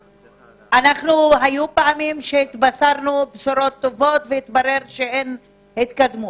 כבר היו פעמים שהתבשרנו בשורות טובות והתברר שאין התקדמות.